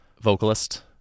vocalist